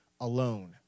alone